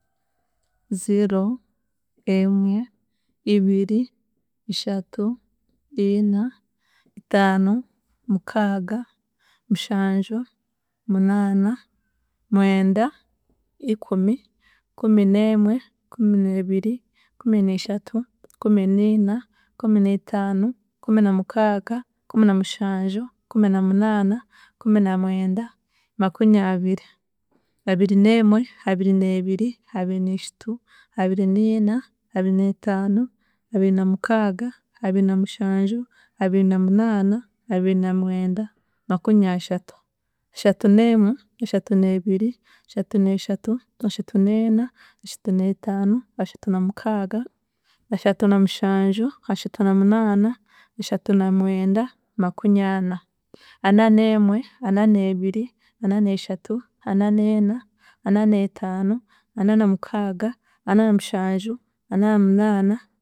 Ziro, Emwe, Ibiri, Ishatu, Ina, Itaano, Mukaaga, Mushanju, Munaana, Mwenda, Ikumi, Kuminemwe Kumineebiri, Kuminishatu, Kuminiina, Kuminitaana, Kuminamukaaga, Kuminamushanju, Kuminamunaana, Kuminamwenda Makunyabiri, Abirineemwe, Abirineebiri, Abiriniishatu, Abiriniina, Abirinitaano, Abirinamukaaga, Abirinamushanju, Abirinamunaana, Abirinamwenda, Makunyashatu, Ashatuneemwe, Ashatuneebiri, Ashatuneeshatu, Ashatuneena, Ashatuneetaano, Ashatunamukaaga, Ashatunamushanju, Ashatunamunaana, Ashantunamwenda Makunyana, Ananemwe, Ananeebiri, Ananeeshatu, Ananeena, Ananeetaano, Ananamukaaga, Ananamushanju, Ananamunaana